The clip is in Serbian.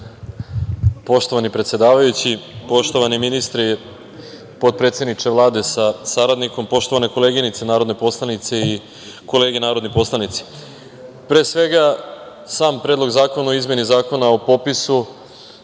Hvala. Poštovani predsedavajući, poštovani ministri, potpredsedniče Vlade sa saradnikom, poštovane koleginice narodne poslanice i kolege narodni poslanici, pre svega sam Predlog zakona o izmeni Zakona o popisu